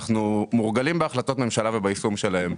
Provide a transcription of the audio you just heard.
אנחנו מורגלים בהחלטות ממשלה וביישום שלהן.